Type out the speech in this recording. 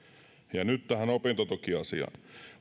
ja nyt tähän opintotukiasiaan